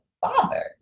father